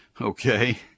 Okay